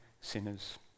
sinners